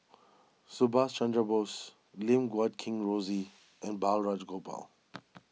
Subhas Chandra Bose Lim Guat Kheng Rosie and Balraj Gopal